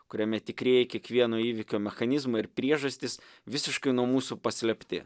kuriame tikrieji kiekvieno įvykio mechanizmai ir priežastys visiškai nuo mūsų paslėpti